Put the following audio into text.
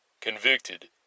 Convicted